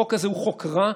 החוק הזה הוא חוק רע.